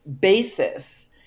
basis